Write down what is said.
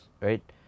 Right